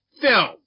film